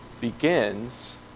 begins